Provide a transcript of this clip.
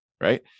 Right